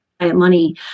money